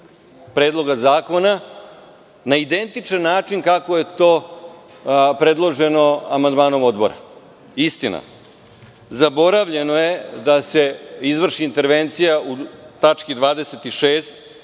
Predloga zakona na identičan način kako je to predloženo amandmanom Odbora. Istina, zaboravljeno je da se izvrši intervencija u tački 26.